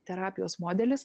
terapijos modelis